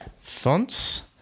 fonts